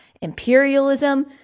imperialism